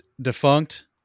defunct